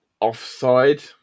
offside